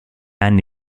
anni